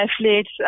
Athlete's